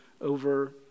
over